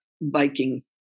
Viking